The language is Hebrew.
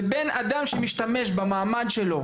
לבין אדם שמשתמש במעמד שלו,